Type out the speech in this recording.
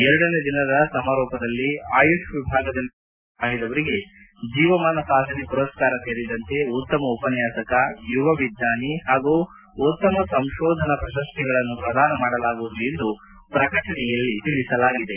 ಎರಡನೇ ದಿನದ ಸಮಾರೋಪ ಸಮಾರಂಭದಲ್ಲಿ ಆಯುಷ್ ವಿಭಾಗದಲ್ಲಿ ಅತ್ಯುತ್ತಮ ಸಾಧನೆ ಮಾಡಿದವರಿಗೆ ಜೀವಮಾನ ಸಾಧನೆ ಪುರಸ್ಕಾರ ಸೇರಿದಂತೆ ಉತ್ತಮ ಉಪನ್ಯಾಸಕ ಯುವ ವಿಜ್ಞಾನಿ ಹಾಗೂ ಉತ್ತಮ ಸಂಶೋಧನಾ ಪ್ರಶಸ್ತಿಗಳನ್ನು ಪ್ರದಾನ ಮಾಡಲಾಗುವುದು ಎಂದು ಪ್ರಕಟಣೆಯಲ್ಲಿ ತಿಳಿಸಲಾಗಿದೆ